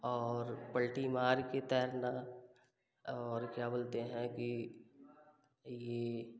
और पलटी मारके तैरना और क्या बोलते हैं कि